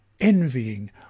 envying